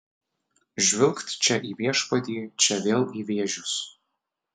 žvilgt čia į viešpatį čia vėl į vėžius